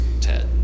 Ted